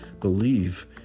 believe